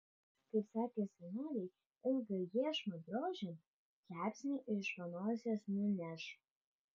kaip sakė senoliai ilgą iešmą drožiant kepsnį iš panosės nuneš